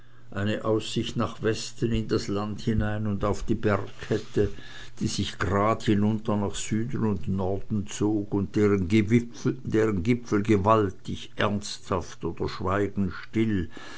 eine aussicht nach westen in das land hinein und auf die bergkette die sich grad hinunter nach süden und norden zog und deren gipfel gewaltig ernsthaft oder schweigend still